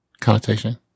connotation